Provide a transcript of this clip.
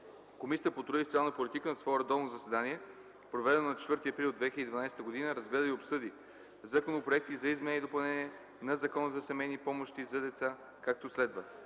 Комисията по труда и социална политика на свое редовно заседание, проведено на 4 април 2012 г., разгледа и обсъди законопроекти за изменение и допълнение на Закона за семейни помощи за деца, както следва: